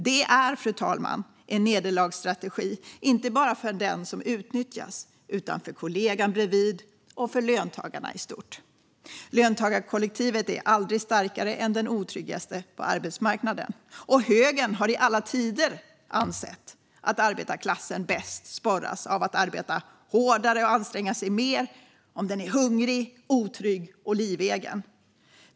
Det är, fru talman, en nederlagsstrategi inte bara för den som utnyttjas utan även för kollegan bredvid och för löntagarna i stort. Löntagarkollektivet är aldrig starkare än den otryggaste på arbetsmarknaden. Högern har i alla tider ansett att arbetarklassen bäst sporras att arbeta hårdare och anstränga sig mer om den är hungrig, otrygg och livegen.